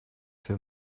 für